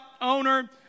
owner